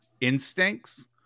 instincts